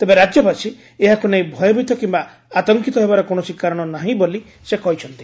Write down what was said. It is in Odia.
ତେବେ ରାଜ୍ୟବାସୀ ଏହାକୁ ନେଇ ଭୟଭୀତ କିମ୍ୟା ଆତଙ୍କିତ ହେବାର କୌଣସି କାରଣ ନାହିଁ ବୋଲି ସେ କହିଛନ୍ତି